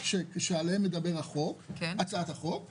כמו בהצעת החוק שלנו,